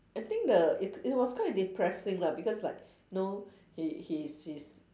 I think the it it was quite depressing lah because like you know he he's he's